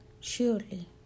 Surely